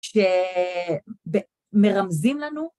שמרמזים לנו